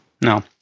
No